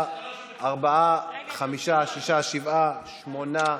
ארבעה, חמישה, שישה, שבעה, שמונה.